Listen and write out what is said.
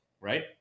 right